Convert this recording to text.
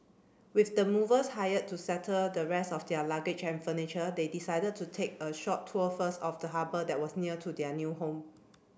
with the movers hired to settle the rest of their luggage and furniture they decided to take a short tour first of the harbour that was near to their new home